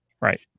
right